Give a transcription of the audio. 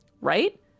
right